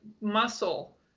muscle